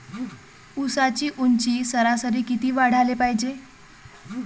ऊसाची ऊंची सरासरी किती वाढाले पायजे?